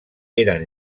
eren